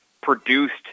produced